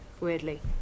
weirdly